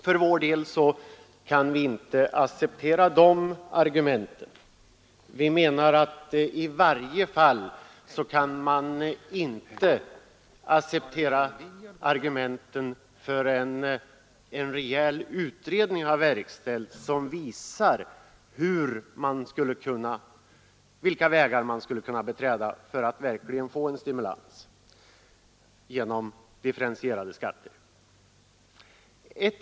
Vi kan för vår del inte acceptera dessa argument, i varje fall inte förrän en rejäl utredning har verkställts som visar vilka vägar man skulle kunna beträda för att verkligen åstadkomma en stimulans genom differentierade skatter.